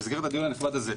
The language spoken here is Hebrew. במסגרת הדיון הנכבד הזה,